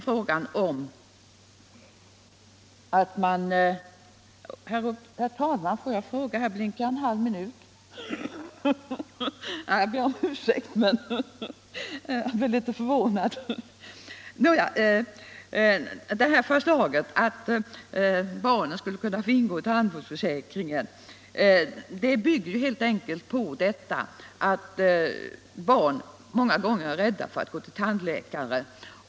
Förslaget att barnen skulle kunna ingå i tandvårdsförsäkringen bygger helt enkelt på att barn många gånger är rädda för att gå till tandläkare.